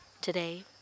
Today